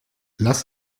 lass